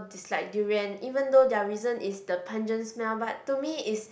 dislike durian even though their reason is the pungent smell but to me is